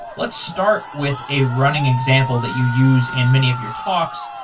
let's start with a running example that you use in many of your talks,